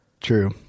True